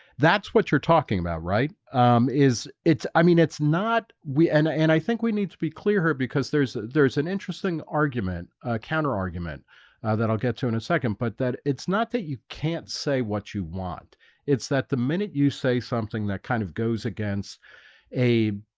that's what you're talking about, right is it's i mean, it's not we and and i think we need to be clear here because there's there's an interesting argument ah counter argument, ah that i'll get to in a second, but that it's not that you can't say what you want it's that the minute you say something that kind of goes against a